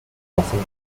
passing